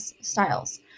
styles